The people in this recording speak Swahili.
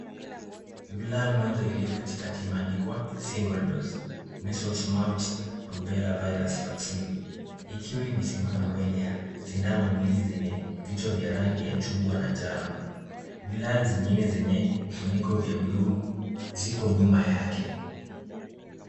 Vilal moja iliyo katikati imeandikwa single doze measles, mumps, rubela virus vaccine , ikiwa imesimama mbele ya sindano mbili zenye vichwa vya rangi ya chungwa na njano. Vilal zingine zenye vifuniko kwa buluu ziko nyuma yake.